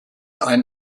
ein